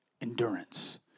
Endurance